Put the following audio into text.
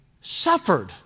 suffered